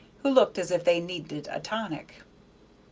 who looked as if they needed a tonic.